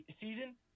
season